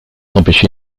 empêcher